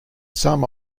some